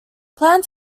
plant